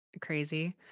crazy